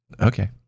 Okay